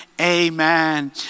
amen